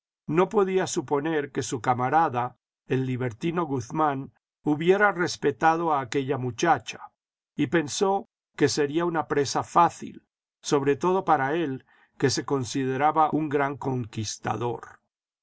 no podía suponer que su camarada el libertino guzmán hubiera respetado a aquella muchacha y pensó que sería una presa fácil sobre todo para él que se consideraba un gran conquistador